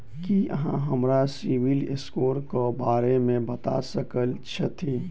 की अहाँ हमरा सिबिल स्कोर क बारे मे बता सकइत छथि?